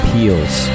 Peels